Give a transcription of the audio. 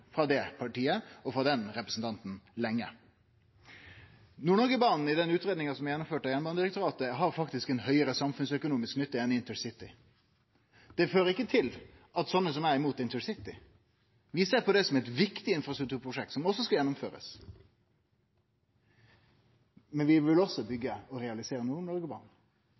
frå det partiet og den representanten lenge. Nord-Noreg-banen har i den utgreiinga som er gjennomført av Jernbanedirektoratet, faktisk ei høgare samfunnsøkonomisk nytte enn intercity. Det fører ikkje til at sånne som meg er imot intercity. Vi ser på det som eit viktig infrastrukturprosjekt som skal gjennomførast, men vi vil også byggje og realisere